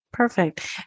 Perfect